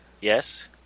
Yes